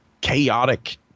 chaotic